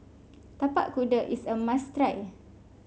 Tapak Kuda is a must try